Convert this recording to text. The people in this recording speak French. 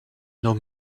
nos